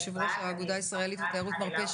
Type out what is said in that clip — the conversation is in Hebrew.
יו"ר האגודה הישראלית לתיירות מרפא.